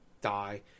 die